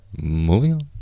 Moving